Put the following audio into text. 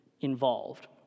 involved